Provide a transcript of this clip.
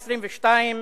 בבחירות באותה שנה, 2022,